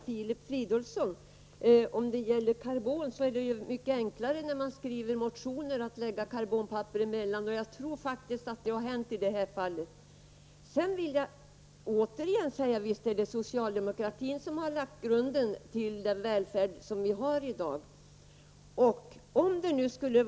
Herr talman! Jag vill först säga till Filip Fridolfsson att det är mycket enklare att skriva motioner om man lägger karbonpapper emellan. Jag tror faktiskt att det har hänt i det här fallet. Visst är det socialdemokratin som har lagt grunden till den välfärd som vi har i dag, det vill jag återigen säga.